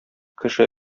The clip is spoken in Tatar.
кеше